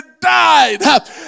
died